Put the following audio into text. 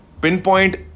Pinpoint